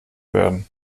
werden